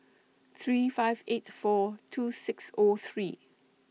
three five eight four two six O three